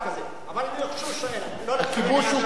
אבל, הכיבוש הוא כיבוש.